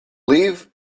live